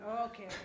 okay